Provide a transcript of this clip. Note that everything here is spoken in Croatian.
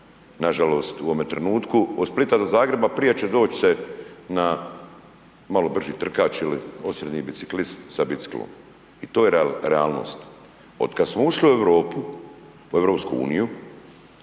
Nažalost, u ovome trenutku, od Splita do Zagreba prije će doći se na malo brži trkač ili osrednji biciklist sa biciklom. To je realnost. Od kada smo ušli u Europu, u EU,